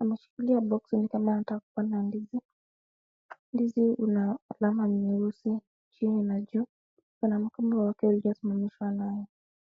Amechukulia boxi ni kama anataka kupanda ndizi. Ndizi una alama nyeusi chini na juu. Kuna mkomba wake uliyo simamishwa naye.